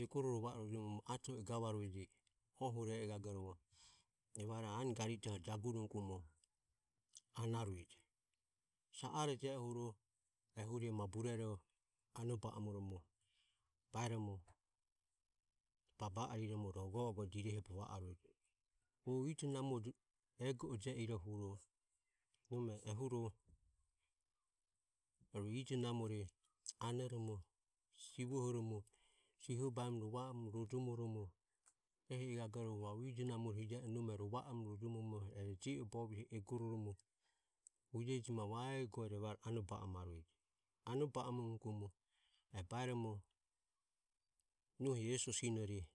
egoro rova orojomoromo atovo i gavarueje ohuro e ogorovo anogarite jaguromo anarueje sa are je ohuro ehuro ma burero ano ba amoromo baeromo baba ariromo rohu go o go o jirehobe va arueje. Hu ijo namore ego o jie ohuro nome ehuro rue ijo namore anoromo sivohoromo siho baeromo rova orojomoromo ehi o gagoro arue ijo namore hije ohuro nome rova orojomo e je o bovioho egororomo hujeji ma vaegore ano ba amarueje. Ano ba amonugoromo eho baeromo nohi eso sinore